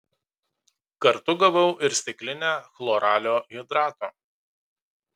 kartu gavau ir stiklinę chloralio hidrato